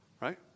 right